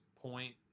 point